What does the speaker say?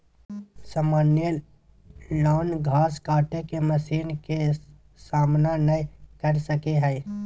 सामान्य लॉन घास काटे के मशीन के सामना नय कर सको हइ